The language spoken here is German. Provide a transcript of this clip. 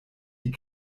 die